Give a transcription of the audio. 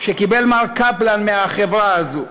שקיבל מר קפלן מהחברה הזו,